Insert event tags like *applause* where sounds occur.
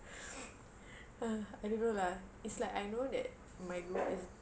*breath* ah I don't know lah it's like I know that my mock is